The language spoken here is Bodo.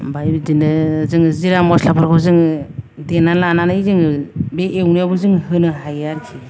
ओमफ्राय बिदिनो जोङो जिरा मस्लाफोरखौ जों देना लानानै जोङो बे एवनायावबो जोङो होनो हायो आरोखि